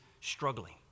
struggling